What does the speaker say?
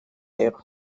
euro